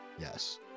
Yes